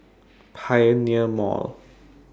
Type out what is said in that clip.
Pioneer Mall